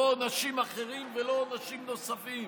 לא עונשים אחרים ולא עונשים נוספים.